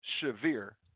severe